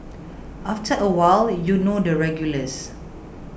after a while you know the regulars